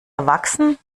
erwachsen